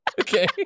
Okay